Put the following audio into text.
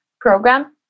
program